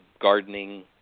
gardening